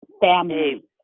Family